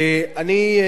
אני,